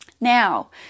now